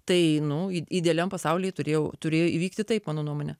tai idealiam pasaulyje turėjau turėjo įvykti taip mano nuomone